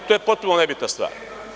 To je potpuno nebitna stvar.